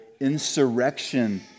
insurrection